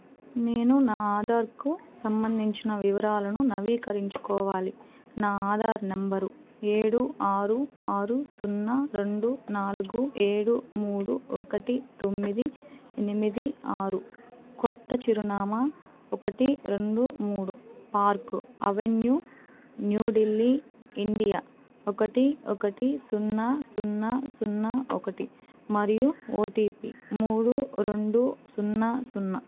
నేను నా ఆధార్కు సంబంధించిన వివరాలను నవీకరించుకోవాలి నా ఆధార్ నంబరు ఏడు ఆరు ఆరు సున్నా రెండు నాలుగు ఏడు మూడు ఒకటి తొమ్మిది ఎనిమిది ఆరు కొత్త చిరునామా ఒకటి రెండు మూడు park avenue new Delhi India ఒకటి ఒకటి సున్నా సున్నా సున్నా ఒకటి మరియు ఓటిపి మూడు రెండు సున్నా సున్నా